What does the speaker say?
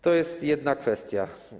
To jest jedna kwestia.